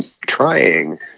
trying